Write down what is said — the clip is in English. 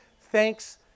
thanks